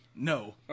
no